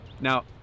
now